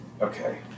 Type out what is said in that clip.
Okay